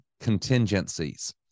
contingencies